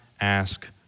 ask